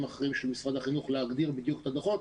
אחרים של משרד החינוך להגדיר בדיוק את הדוחות.